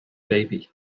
baby